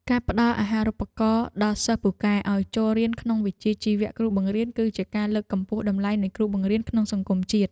ការផ្តល់អាហារូបករណ៍ដល់សិស្សពូកែឱ្យចូលរៀនក្នុងវិជ្ជាជីវៈគ្រូបង្រៀនគឺជាការលើកកម្ពស់តម្លៃនៃគ្រូបង្រៀនក្នុងសង្គមជាតិ។